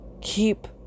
Keep